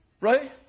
Right